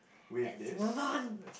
let's move on